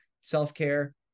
self-care